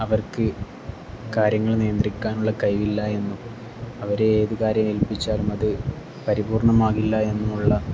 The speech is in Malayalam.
അവർക്ക് കാര്യങ്ങൾ നിയന്ത്രിക്കാനുള്ള കഴിവില്ല എന്നും അവരെ ഏത് കാര്യം ഏൽപ്പിച്ചാലും അത് പരിപൂർണമാകില്ല എന്നുള്ള